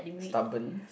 stubborn